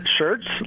shirts